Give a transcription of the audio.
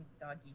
doggy